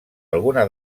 alguna